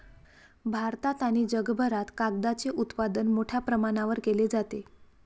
भारतात आणि जगभरात कागदाचे उत्पादन मोठ्या प्रमाणावर केले जाते